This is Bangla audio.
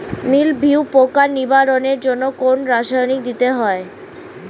মিলভিউ পোকার নিবারণের জন্য কোন রাসায়নিক দিতে হয়?